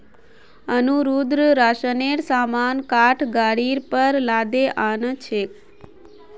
अनिरुद्ध राशनेर सामान काठ गाड़ीर पर लादे आ न छेक